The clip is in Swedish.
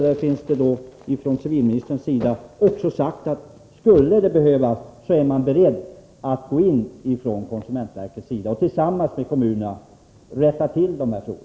Men finansministern har sagt, att skulle det behövas, är man beredd att gå in från konsumentverkets sida och tillsammans med kommunerna rätta till situationen.